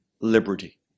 liberty